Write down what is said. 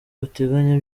bateganya